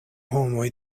homoj